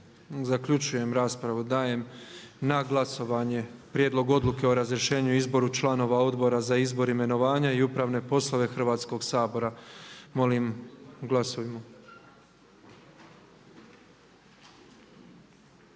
Zaključujem raspravu. Dajem na glasovanje prijedlog Odluke o razrješenju i izboru člana Odbora za zakonodavstvo Hrvatskog sabora. Molim glasujte.